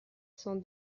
cent